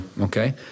Okay